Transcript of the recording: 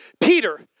Peter